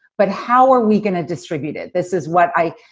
but how are we going to distribute it? this is what i,